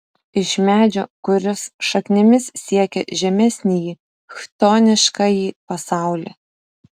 iš medžio kuris šaknimis siekia žemesnįjį chtoniškąjį pasaulį